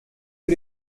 que